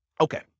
okay